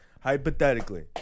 Hypothetically